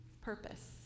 purpose